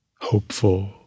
hopeful